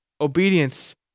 obedience